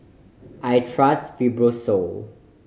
I trust Fibrosol